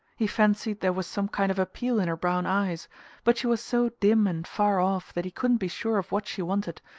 he fancied there was some kind of appeal in her brown eyes but she was so dim and far off that he couldn't be sure of what she wanted,